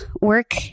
Work